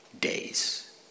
days